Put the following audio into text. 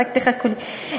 רק תחכו לי.